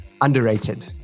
underrated